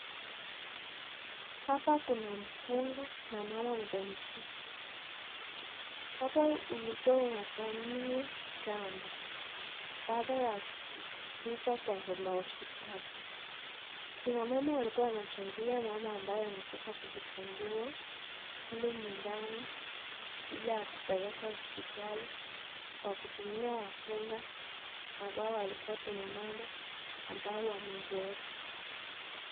Hapa kuna mkunga na mama mjamzito, hapa ulikua unafanyiwa kitambo baada ya kufika kwa mahospitali, kina mama walikua wanamsaidia mama ambaye alikua anataka kujifungua kule nyumbani bila kupeleka hospitali, kwa kutumia wakunga ambao walikua kina mama ambao wamezeeka.